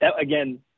again